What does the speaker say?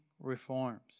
reforms